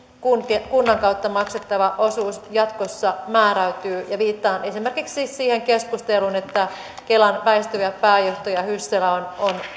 kunnan kautta maksettava osuus jatkossa määräytyy viittaan esimerkiksi siihen keskusteluun että kelan väistyvä pääjohtaja hyssälä on